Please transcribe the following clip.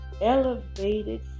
elevated